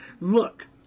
Look